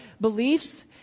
beliefs